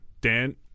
Dan